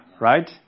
right